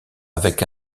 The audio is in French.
avec